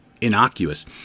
innocuous